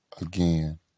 Again